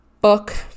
book